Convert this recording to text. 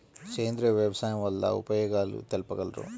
సేంద్రియ వ్యవసాయం వల్ల ఉపయోగాలు తెలుపగలరు?